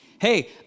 hey